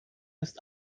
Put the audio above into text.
ist